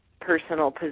personal